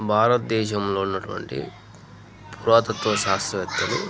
భారద్దేశంలో ఉన్నటువంటి పురాతత్వ శాస్త్రవేత్తలు